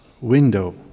window